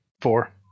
four